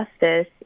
justice